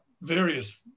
various